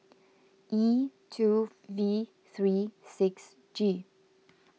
E two V three six G